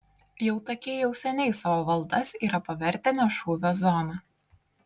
jautakiai jau seniai savo valdas yra pavertę ne šūvio zona